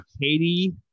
Katie